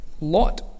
Lot